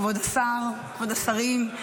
כבוד השרים,